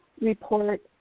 report